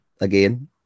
again